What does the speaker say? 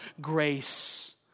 grace